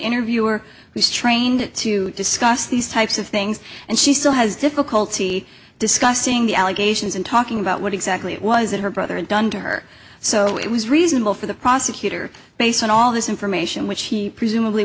interviewer was trained to discuss these types of things and she still has difficulty discussing the allegations and talking about what exactly it was that her brother had done to her so it was reasonable for the prosecutor based on all this information which he presumably